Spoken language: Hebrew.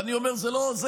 ואני אומר: זה לא עוזר,